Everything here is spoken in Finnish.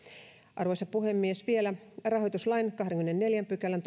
arvoisa puhemies vielä rahoituslain kahdennenkymmenennenneljännen pykälän